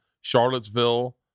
Charlottesville